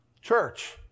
Church